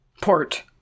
port